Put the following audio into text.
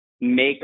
make